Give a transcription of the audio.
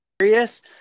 serious